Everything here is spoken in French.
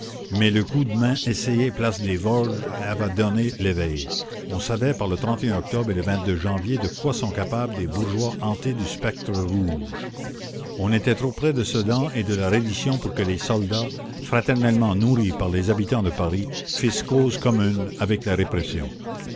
mais le coup de main essayé place des vosges avait donné l'éveil on savait par le octobre et le janvier de quoi sont capables des bourgeois hantés du spectre rouge on était trop près de sedan et de la reddition pour que les soldats fraternellement nourris par les habitants de paris fissent cause commune avec la répression